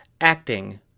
acting